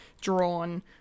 drawn